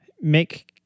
make